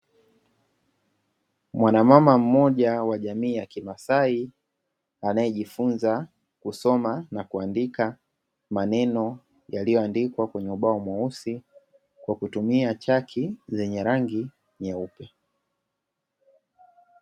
Mwanamama mmoja wa jamii ya kimasai anayejifunza kusoma na kuandika maneno yaliyoandikwa kwenye ubao mweusi kwa kutumia chaki zenye rangi nyeupe.